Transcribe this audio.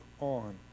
on